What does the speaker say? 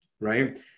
right